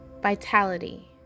vitality